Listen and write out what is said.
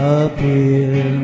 appear